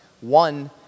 One